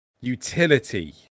utility